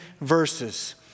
verses